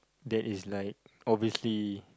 that is like obviously